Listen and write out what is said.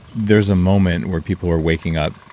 there's a moment where people are waking up,